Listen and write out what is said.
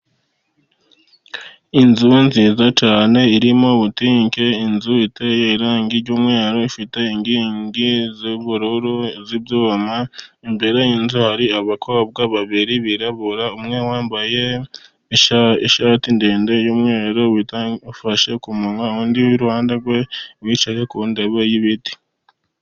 Inzu nziza cyane irimo butike, inzu iteye irangi ry'umweru, ifite inkingi z'ubururu z'ibyuma, imbere y'inzu hari abakobwa babiri birabura, umwe wambaye ishati ndende y'umweru, ufashe ku munwa, undi iruhande rwe wicaye ku ntebe y'ibiti.